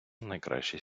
найкращий